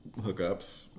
hookups